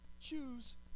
choose